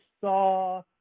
saw